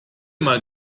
mal